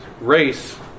race